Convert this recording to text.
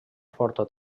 forta